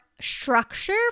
structure